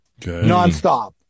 nonstop